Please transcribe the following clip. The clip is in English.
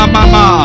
Mama